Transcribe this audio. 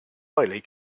reilly